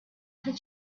did